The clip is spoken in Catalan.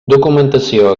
documentació